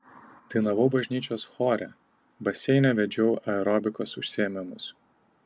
dainavau bažnyčios chore baseine vedžiau aerobikos užsiėmimus